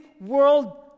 world